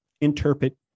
interpret